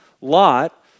Lot